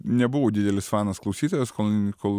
nebuvau didelis fanas klausytojas kol kol